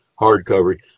hardcover